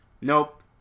Nope